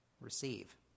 receive